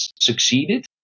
succeeded